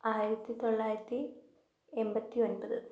ആയിരത്തിത്തൊള്ളായിരത്തി എമ്പത്തിയൊൻപത്